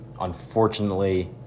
unfortunately